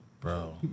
Bro